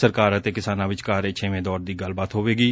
ਸਰਕਾਰ ਅਤੇ ਕਿਸਾਨਾਂ ਵਿਚਕਾਰ ਇਹ ਛੇਵੇਂ ਦੌਰ ਦੀ ਗੱਲਬਾਤ ਹੋਵੇਗੀ